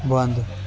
ونٛدٕ